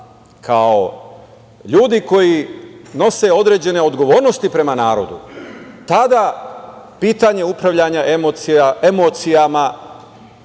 kao ljudi koji nose određene odgovornosti prema narodu, tada pitanje upravljanja emocijama